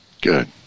Good